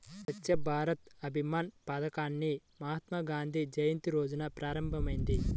స్వచ్ఛ్ భారత్ అభియాన్ పథకాన్ని మహాత్మాగాంధీ జయంతి రోజున ప్రారంభమైంది